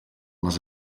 les